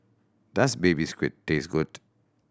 does Baby Squid taste good